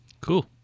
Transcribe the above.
Cool